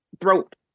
throat